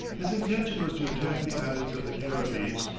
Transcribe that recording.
his intention was to attack the islands of the caribbees,